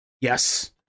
yes